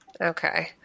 Okay